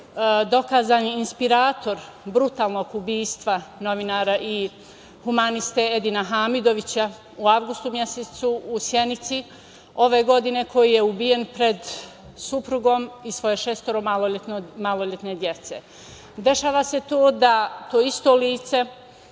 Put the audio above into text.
dokazani inspirator brutalnog ubistva novinara i humaniste, Edina Hamidovića, u avgustu mesecu u Sjenici ove godine, koji je ubijen pred suprugom i svoje šestoro maloletne dece.Dešava se to da to isto lice,